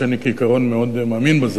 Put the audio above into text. שאני כעיקרון מאוד מאמין בו,